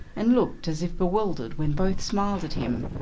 and looked as if bewildered when both smiled at him,